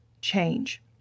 change